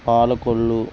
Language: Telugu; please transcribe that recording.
పాలకొల్లు